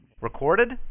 Recorded